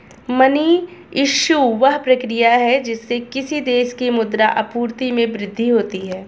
money issue, वह प्रक्रिया है जिससे किसी देश की मुद्रा आपूर्ति में वृद्धि होती है